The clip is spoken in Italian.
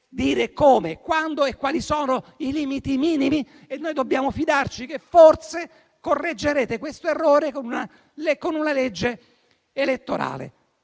dire come, quando e quali sono i limiti minimi e noi dobbiamo fidarci che forse correggerete questo errore con una legge elettorale.